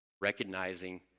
recognizing